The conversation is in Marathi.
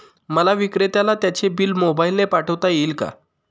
मला विक्रेत्याला त्याचे बिल मोबाईलने पाठवता येईल का?